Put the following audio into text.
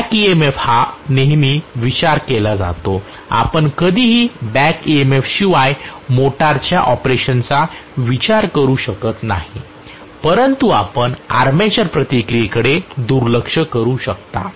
back EMF चा नेहमी विचार केला जातो आपण कधीही बॅक EMFशिवाय मोटारच्या ऑपरेशनचा विचार करू शकत नाही परंतु आपण आर्मेचर प्रतिक्रियेकडे दुर्लक्ष करू शकता